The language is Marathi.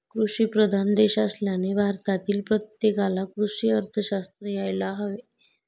कृषीप्रधान देश असल्याने भारतातील प्रत्येकाला कृषी अर्थशास्त्र यायला हवे